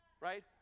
right